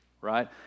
right